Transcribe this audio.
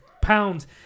pounds